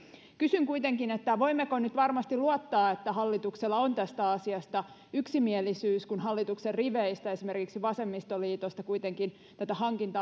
kysyn kuitenkin voimmeko nyt varmasti luottaa siihen että hallituksella on tästä asiasta yksimielisyys kun hallituksen riveistä esimerkiksi vasemmistoliitosta kuitenkin tätä hankintaa